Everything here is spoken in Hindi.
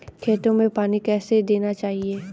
खेतों में पानी कैसे देना चाहिए?